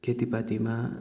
खेतीपातीमा